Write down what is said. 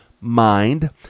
mind